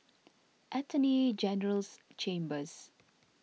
Attorney General's Chambers